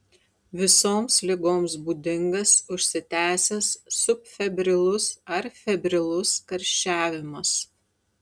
visoms ligoms būdingas užsitęsęs subfebrilus ar febrilus karščiavimas